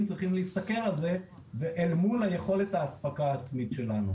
צריכים להסתכל על זה אל מול היכולת האספקה העצמית שלנו.